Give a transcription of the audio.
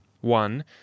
One